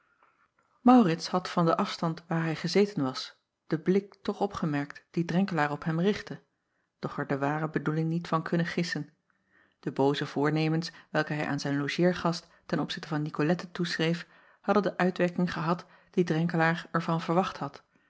aurits had van den afstand waar hij gezeten was den blik toch opgemerkt dien renkelaer op hem richtte doch er de ware bedoeling niet van kunnen gissen e booze voornemens welke hij aan zijn logeergast ten opzichte van icolette toeschreef hadden de uitwerking gehad die renkelaer er van verwacht had